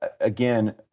again—